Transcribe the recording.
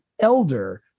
elder